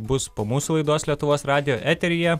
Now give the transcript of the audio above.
bus po mūsų laidos lietuvos radijo eteryje